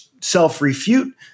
self-refute